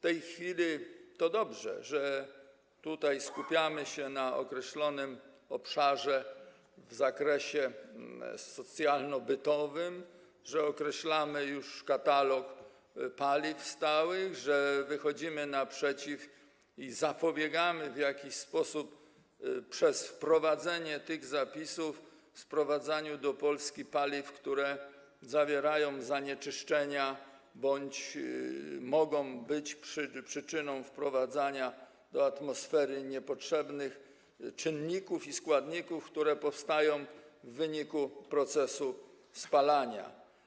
To dobrze, że w tej chwili skupiamy się na określonym obszarze w zakresie socjalno-bytowym, że określamy katalog paliw stałych, że wychodzimy naprzeciw i zapobiegamy przez wprowadzenie tych zapisów sprowadzaniu do Polski paliw, które zawierają zanieczyszczenia bądź które mogą być przyczyną wprowadzania do atmosfery niepotrzebnych czynników i składników, które powstają w wyniku procesu spalania.